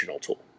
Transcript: tool